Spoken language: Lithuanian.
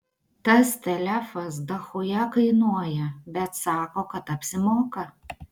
tas telefas dachuja kainuoja bet sako kad apsimoka